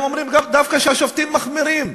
הם אומרים דווקא שהשופטים מחמירים,